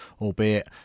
albeit